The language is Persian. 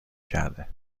کرده